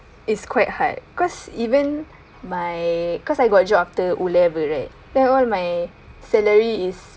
is quite high cause even my cause I got job after O level right there all my salary is